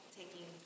taking